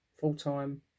full-time